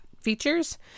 features